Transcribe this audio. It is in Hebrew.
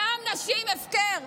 דם נשים הפקר.